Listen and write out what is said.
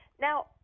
Now